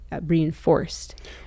reinforced